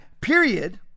period